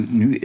nu